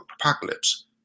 apocalypse